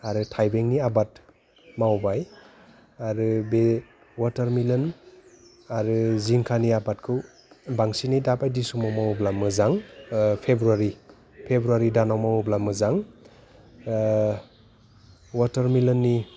आरो थाइबेंनि आबाद मावबाय आरो बे वाटार मिलोन आरो जिंखानि आबादखौ बांसिनै दा बायदि समाव मावोब्ला मोजां फेब्रुवारी दानाव मावोब्ला मोजां वाटार मिलोननि